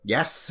Yes